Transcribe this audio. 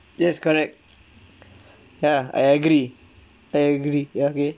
yes correct ya ya I agree I agree ya okay